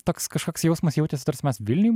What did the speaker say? toks kažkoks jausmas jautėsi tarsi mes vilniuj